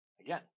Again